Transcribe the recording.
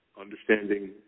understanding